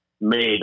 made